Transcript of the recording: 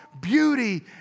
beauty